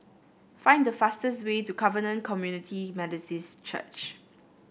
find the fastest way to Covenant Community Methodist Church